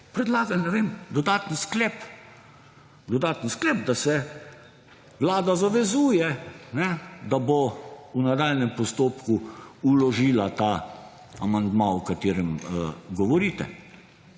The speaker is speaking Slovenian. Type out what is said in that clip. predlagal, ne vem, dodaten sklep, dodaten sklep, da se Vlada zavezuje, da bo v nadaljnjem postopku vložila ta amandma, o katerem govorite.